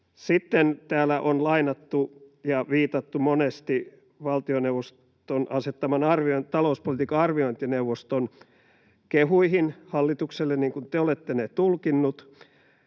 Sitten täällä on lainattu monesti valtioneuvoston asettaman talouspolitiikan arviointineuvoston kehuja hallitukselle ja viitattu niihin — niin kuin te olette ne tulkinneet.